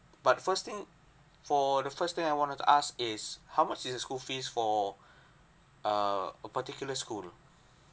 but the first thing for the first thing I wanted to ask is how much is the school fees for err a particular school